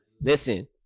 Listen